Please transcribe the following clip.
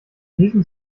diesen